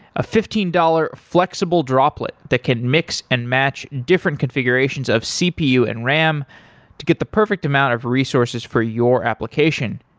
a fifteen dollars flexible droplet that can mix and match different configurations of cpu and ram to get the perfect amount of resources for your application.